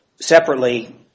separately